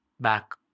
back